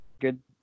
good